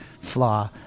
flaw